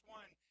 one